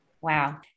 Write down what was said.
Wow